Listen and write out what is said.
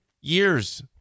years